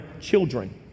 children